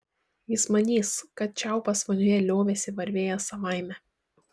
jis manys kad čiaupas vonioje liovėsi varvėjęs savaime